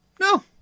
No